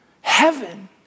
heaven